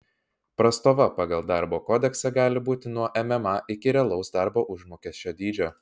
prastova pagal darbo kodeksą gali būti nuo mma iki realaus darbo užmokesčio dydžio